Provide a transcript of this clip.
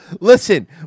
Listen